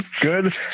good